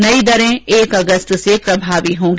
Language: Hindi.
नयी दरें एक अगस्त से प्रभावी होंगी